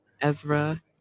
Ezra